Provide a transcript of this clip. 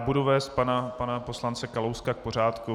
Budu vést pana poslance Kalouska k pořádku.